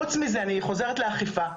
חוץ מזה, אני חוזרת לנושא של האכיפה.